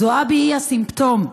זועבי היא הסימפטום,